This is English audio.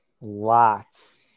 lots